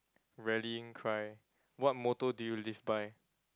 rallying cry what motto do you live by